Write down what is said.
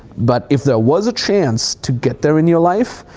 but if there was a chance to get there in your life,